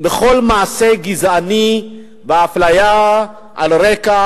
מכל מעשה גזעני ואפליה על רקע